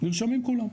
נרשמים כולם.